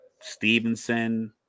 Stevenson